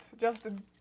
Justin